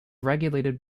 regulated